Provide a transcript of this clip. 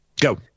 Go